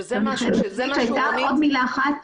שזה משהו עוד מילה אחד.